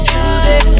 Tuesday